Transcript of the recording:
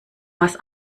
was